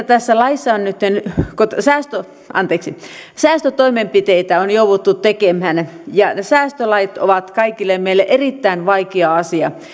tässä laissa on nytten säästötoimenpiteitä jouduttu tekemään säästölait ovat kaikille meille erittäin vaikea asia